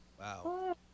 Wow